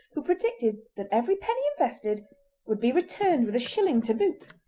who predicted that every penny invested would be returned with a shilling to boot.